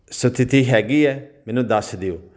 ਸਥਿਤੀ ਹੈਗੀ ਹੈ ਮੈਨੂੰ ਦੱਸ ਦਿਓ